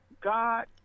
God